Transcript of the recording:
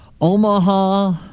Omaha